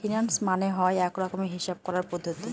finance মানে হয় এক রকমের হিসাব করার পদ্ধতি